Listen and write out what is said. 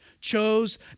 chose